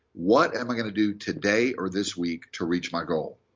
what am i going to do today, or this week, to reach my goal?